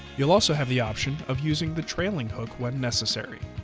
you'll also have the option of using the trailing hook when necessary.